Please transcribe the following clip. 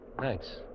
Thanks